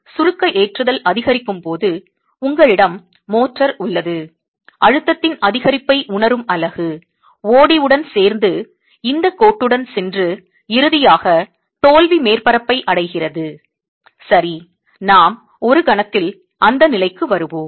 எனவே சுருக்க ஏற்றுதல் அதிகரிக்கும் போது உங்களிடம் மோர்டார் உள்ளது அழுத்தத்தின் அதிகரிப்பை உணரும் அலகு O D உடன் சேர்ந்து இந்த கோட்டுடன் சென்று இறுதியாக தோல்வி மேற்பரப்பை அடைகிறது சரி நாம் ஒரு கணத்தில் அந்த நிலைக்கு வருவோம்